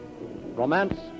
Romance